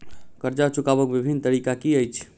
कर्जा चुकबाक बिभिन्न तरीका की अछि?